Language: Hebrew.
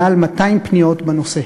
מעל 200 פניות בנושא,